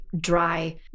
dry